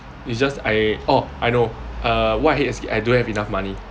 it's just I orh I know uh what I hate as a kid I don't have enough money